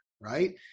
right